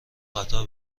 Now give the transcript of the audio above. قطار